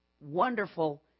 wonderful